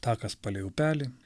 takas palei upelį